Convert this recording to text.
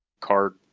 card